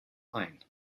ein